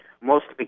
mostly